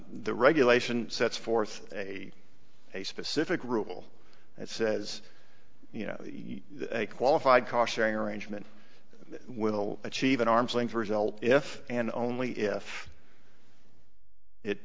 e regulation sets forth a specific rule that says you know a qualified cautioning arrangement will achieve an arm's length result if and only if